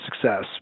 success